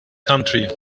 country